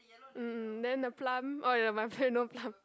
mm then the plum oh ya my plant no plum